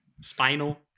Spinal